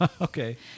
Okay